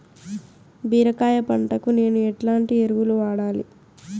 బీరకాయ పంటకు నేను ఎట్లాంటి ఎరువులు వాడాలి?